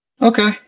Okay